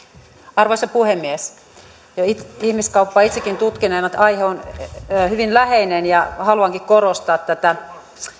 arvoisa puhemies ihmiskauppaa itsekin tutkineena aihe on hyvin läheinen ja haluankin korostaa tätä